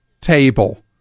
table